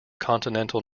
continental